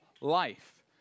life